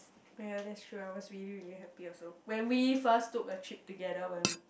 ya that true I was really really happy also when we first took a trip together when